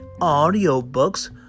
audiobooks